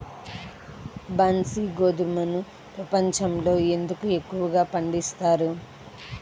బన్సీ గోధుమను ప్రపంచంలో ఎందుకు ఎక్కువగా పండిస్తారు?